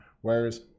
Whereas